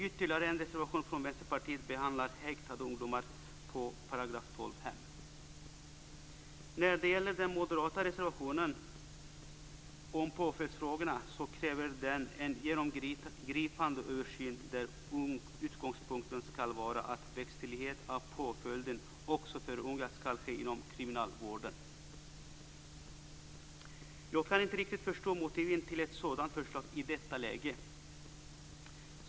Ytterligare en reservation från I den moderata reservationen om påföljdsfrågorna krävs "en genomgripande översyn där utgångspunkten skall vara att verkställighet av påföljden också för unga skall ske inom kriminalvården". Jag kan inte riktigt förstå motiven till ett sådant förslag i detta läge.